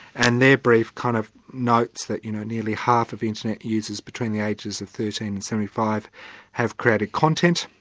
and their brief kind of notes that you know nearly half of internet users between the ages of thirteen and seventy five have created content,